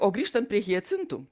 o grįžtant prie hiacintų